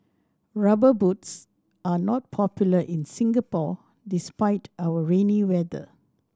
Rubber Boots are not popular in Singapore despite our rainy weather